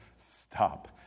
stop